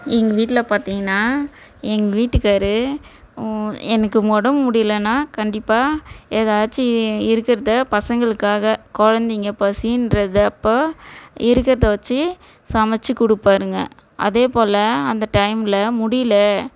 எங்கள் வீட்டில் பார்த்தீங்கன்னா எங்க வீட்டுக்காரரு எனக்கு உடம்பு முடிலைன்னா கண்டிப்பாக ஏதாச்சும் இருக்கிறத பசங்களுக்காக குழந்தைங்க பசின்றதப்போ இருக்கிறத வச்சு சமைச்சு கொடுப்பாருங்க அதேப்போல அந்த டைமில் முடியல